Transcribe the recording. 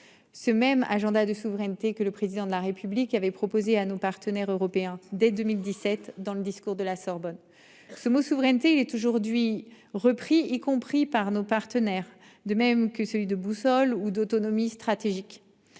Ce même agenda de souveraineté que le président de la République, il avait proposé à nos partenaires européens dès 2017 dans le discours de la Sorbonne. Ce mot souveraineté, il est aujourd'hui repris, y compris par nos partenaires, de même que celui de boussole ou d'autonomie stratégique.